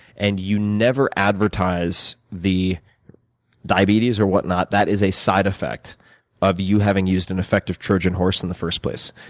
and you never advertise the diabetes or whatnot. that is a side effect of you having used an effective trojan horse in the first place.